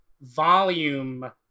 volume